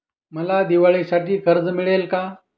मला दिवाळीसाठी कर्ज मिळेल का?